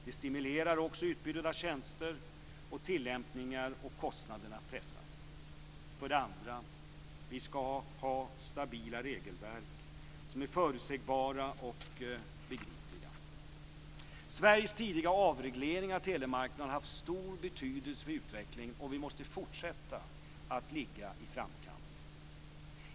Det stimulerar också utbudet av tjänster och tillämpningar, och kostnaderna pressas. För det andra skall vi ha stabila regelverk som är förutsägbara och begripliga. Sveriges tidiga avreglering av telemarknaden har haft stor betydelse för utvecklingen, och vi måste fortsätta att ligga i framkant.